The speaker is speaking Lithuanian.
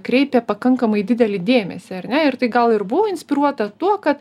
kreipė pakankamai didelį dėmesį ar ne ir tai gal ir buvo inspiruota tuo kad